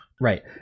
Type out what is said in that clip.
Right